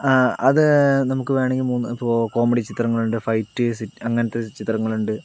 അത് നമുക്ക് വേണമെങ്കിൽ മൂന്ന് ഇപ്പോൾ കോമഡി ചിത്രങ്ങളുണ്ട് ഫൈറ്റ് സീൻ അങ്ങനത്തെ ചിത്രങ്ങളുണ്ട്